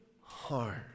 heart